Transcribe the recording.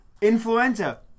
Influenza